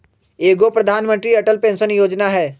एगो प्रधानमंत्री अटल पेंसन योजना है?